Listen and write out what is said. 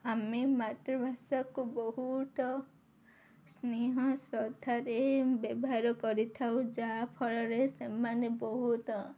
ଆମେ ମାତୃଭାଷାକୁ ବହୁତ ସ୍ନେହ ଶ୍ରଦ୍ଧାରେ ବ୍ୟବହାର କରିଥାଉ ଯାହାଫଳରେ ସେମାନେ ବହୁତ